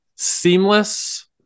seamless